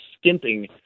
skimping